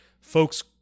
folks